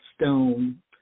stone